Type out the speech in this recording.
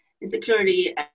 insecurity